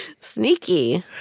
Sneaky